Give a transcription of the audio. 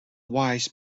wise